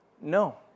No